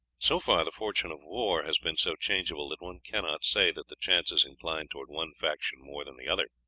so far the fortune of war has been so changeable that one cannot say that the chances incline towards one faction more than the other.